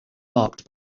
marked